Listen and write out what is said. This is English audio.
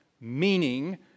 meaning